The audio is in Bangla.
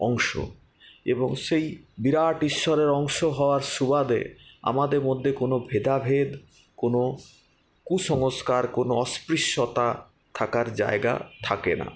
অংশ এবং সেই বিরাট ঈশ্বরের অংশ হওয়ার সুবাদে আমাদের মধ্যে কোনো ভেদাভেদ কোনো কুসংস্কার কোনো অস্পৃশ্যতা থাকার জায়গা থাকে না